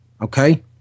Okay